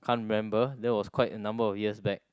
can't remember that was quite a number of years back